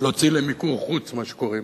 להוציא למיקור-חוץ, מה שקוראים,